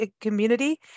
community